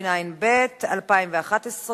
אין מתנגדים, אין נמנעים.